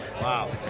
Wow